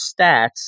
stats